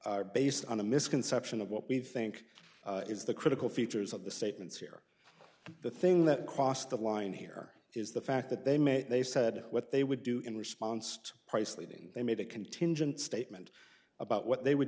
based on a misconception of what we think is the critical features of the statements here the thing that crossed the line here is the fact that they may they said what they would do in response to price leading they made a contingent statement about what they would